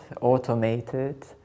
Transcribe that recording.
automated